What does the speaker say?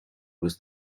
was